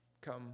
come